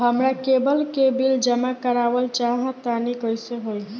हमरा केबल के बिल जमा करावल चहा तनि कइसे होई?